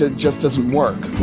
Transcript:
it just doesn't work.